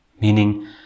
Meaning